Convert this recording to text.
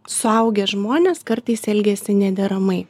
suaugę žmonės kartais elgiasi nederamai